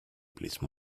please